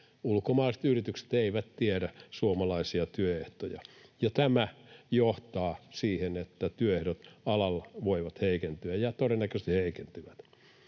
Ulkomaiset yritykset eivät tiedä suomalaisia työehtoja, ja tämä johtaa siihen, että työehdot alalla voivat heikentyä, ja todennäköisesti heikentyvät.